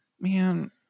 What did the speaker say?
man